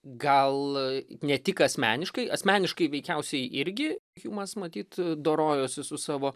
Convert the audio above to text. gal ne tik asmeniškai asmeniškai veikiausiai irgi hjumas matyt dorojosi su savo